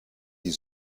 die